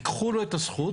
ייקחו לו את הזכות.